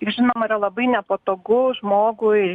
tik žinoma yra labai nepatogu žmogui